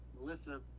melissa